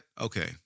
Okay